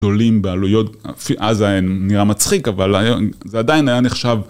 גדולים בעלויות עזה נראה מצחיק אבל זה עדיין היה נחשב